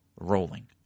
rolling